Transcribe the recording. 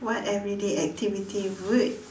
what everyday activity would